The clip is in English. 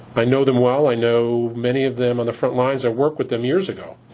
i know them well. i know many of them on the frontlines. i worked with them years ago.